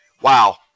Wow